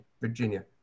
Virginia